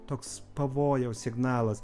toks pavojaus signalas